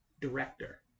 director